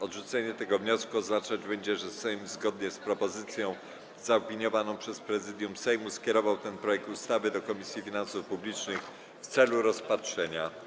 Odrzucenie tego wniosku oznaczać będzie, że Sejm, zgodnie z propozycją zaopiniowaną przez Prezydium Sejmu, skierował ten projekt ustawy do Komisji Finansów Publicznych w celu rozpatrzenia.